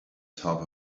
top